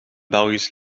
belgisch